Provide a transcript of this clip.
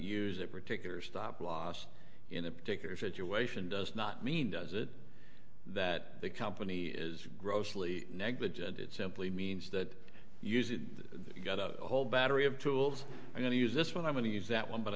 use a particular stop loss in a particular situation does not mean does it that the company is grossly negligent it simply means that using you've got a whole battery of tools are going to use this one i'm going to use that one but